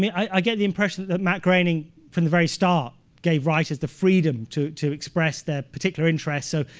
i get the impression that that matt groening, from the very start, gave writers the freedom to to express their particular interests. so,